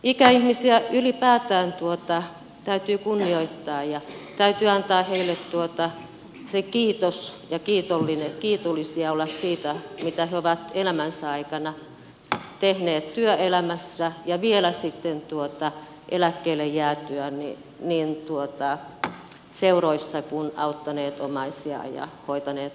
ikäihmisiä ylipäätään täytyy kunnioittaa ja täytyy antaa heille se kiitos ja meidän täytyy olla kiitollisia siitä mitä he ovat elämänsä aikana tehneet työelämässä ja vielä sitten eläkkeelle jäätyään seuroissa sekä auttaneet omaisiaan ja hoitaneet lastenlapsiaan